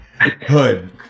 hood